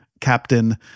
captain